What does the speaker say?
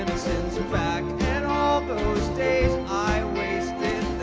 back and all those days i wasted